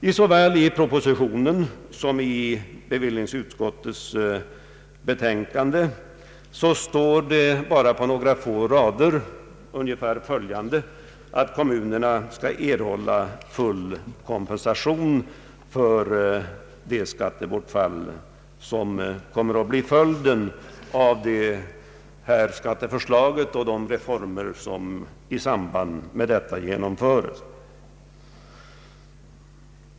I såväl propositionen som bevillningsutskottets betänkande sägs det på några få rader att kommunerna skall erhålla full kompensation för det skattebortfall som kommer att bli följden av skatteförslaget och de reformer som i samband därmed genomföres.